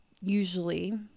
usually